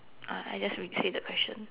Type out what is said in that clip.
uh I just resay that question